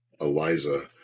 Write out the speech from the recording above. Eliza